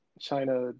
China